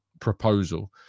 proposal